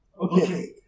Okay